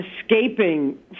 escaping